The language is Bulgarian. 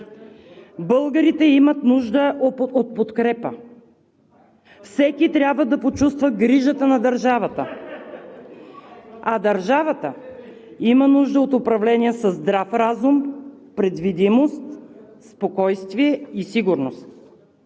Българите имат нужда от подкрепа. Всеки трябва да почувства грижата на държавата (реплики и смях от ГЕРБ), а държавата има нужда от управление със здрав разум, предвидимост, спокойствие и сигурност.